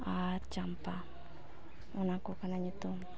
ᱟᱨ ᱪᱟᱢᱯᱟ ᱚᱱᱟ ᱠᱚ ᱠᱟᱱᱟ ᱧᱩᱛᱩᱢ